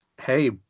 hey